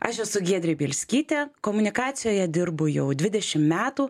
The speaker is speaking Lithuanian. aš esu giedrė bielskytė komunikacijoje dirbu jau dvidešim metų